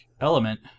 element